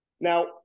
Now